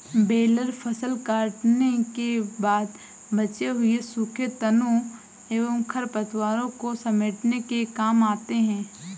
baler फसल कटने के बाद बचे हुए सूखे तनों एवं खरपतवारों को समेटने के काम आते हैं